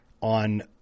on